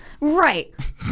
Right